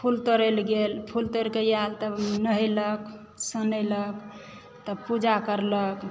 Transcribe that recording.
फूल तोड़य लऽ गेल फूल तोड़िकऽ आएल तऽ नहैलक सोनइलक तब पूजा करलक